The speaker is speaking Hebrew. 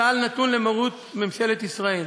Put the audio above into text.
צה"ל נתון למרות ממשלת ישראל.